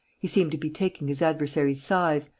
he seemed to be taking his adversary's size,